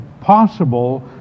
possible